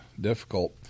difficult